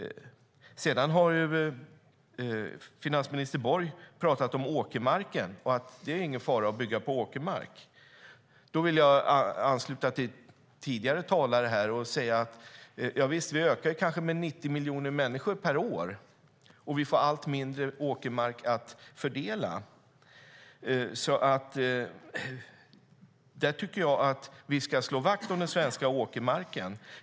Finansminister Borg har pratat om åkermarken och att det inte är någon fara att bygga på den. Jag vill ansluta mig till tidigare talare och säga att vi blir 90 miljoner fler människor per år. Men vi får allt mindre åkermark att fördela, och jag tycker att vi ska slå vakt om den svenska åkermarken.